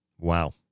Wow